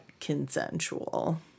consensual